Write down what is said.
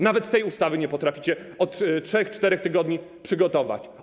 Nawet tej ustawy nie potraficie od 3, 4 tygodni przygotować.